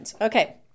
Okay